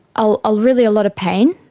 ah ah really a lot of pain,